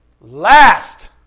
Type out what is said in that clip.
last